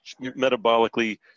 metabolically